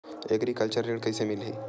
Agriculture ऋण कइसे मिलही?